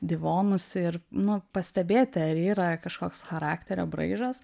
divonus ir nu pastebėti ar yra kažkoks charakterio braižas